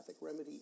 remedy